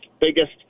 biggest